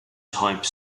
type